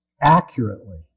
accurately